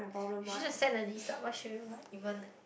you should just set a list up what should you lik even